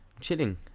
Chilling